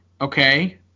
okay